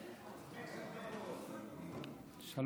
חמש דקות.